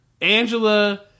Angela